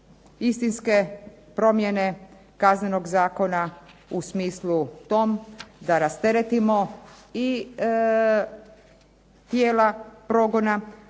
istinske promjene Kaznenog zakona u smislu tom da rasteretimo i tijela progona,